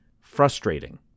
frustrating